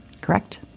Correct